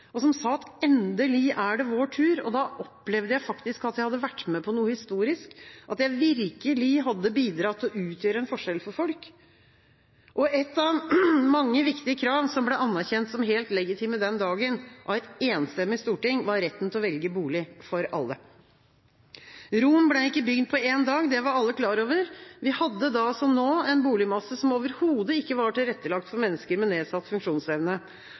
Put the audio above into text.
og som sa: Endelig er det vår tur! Da opplevde jeg faktisk at jeg hadde vært med på noe historisk, at jeg virkelig hadde bidratt til å utgjøre en forskjell for folk. Ett av mange viktige krav som ble anerkjent som helt legitime den dagen, av et enstemmig storting, var retten til å velge bolig – for alle. Rom ble ikke bygd på én dag, det var alle klar over. Vi hadde da, som nå, en boligmasse som overhodet ikke var tilrettelagt for mennesker med nedsatt funksjonsevne.